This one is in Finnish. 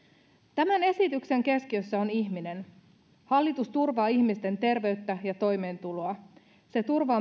tämän esityksen keskiössä on ihminen hallitus turvaa ihmisten terveyttä ja toimeentuloa se turvaa